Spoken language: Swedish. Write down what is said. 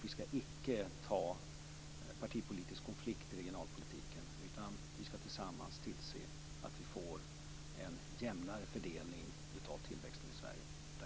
Vi skall inte ta partipolitisk konflikt i regionalpolitiken, utan vi skall tillsammans se till att vi får en jämnare fördelning av tillväxten i Sverige.